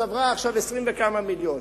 צברה עכשיו 20 וכמה מיליון,